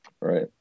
right